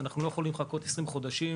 אנחנו לא יכולים לחכות 20 חודשים.